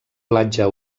platja